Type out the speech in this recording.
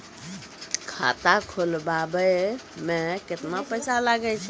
खाता खोलबाबय मे केतना पैसा लगे छै?